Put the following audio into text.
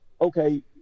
okay